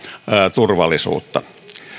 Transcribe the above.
turvallisuutta